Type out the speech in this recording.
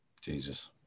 Jesus